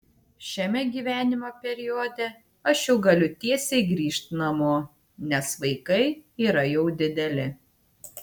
šiame gyvenimo periode aš jau galiu tiesiai grįžt namo nes vaikai yra jau dideli